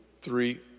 three